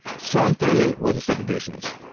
strom thurmond was a segregationist.